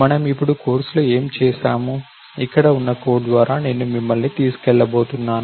మనము ఇప్పుడు కోర్సులో ఏమి చేసాము ఇక్కడ ఉన్న కోడ్ ద్వారా నేను మిమ్మల్ని తీసుకెళ్లబోతున్నాను